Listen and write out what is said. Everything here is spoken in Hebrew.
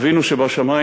"אבינו שבשמים,